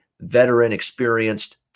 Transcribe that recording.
veteran-experienced